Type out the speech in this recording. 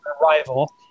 rival